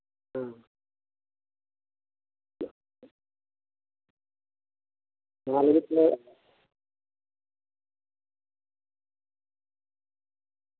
ᱱᱚᱶᱟ ᱞᱟᱹᱜᱤᱫ ᱛᱮᱫᱚ